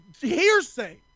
hearsay